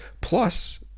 plus